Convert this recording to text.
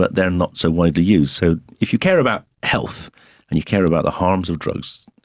but they are not so widely used. so if you care about health and you care about the harms of drugs,